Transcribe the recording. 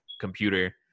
computer